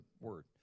word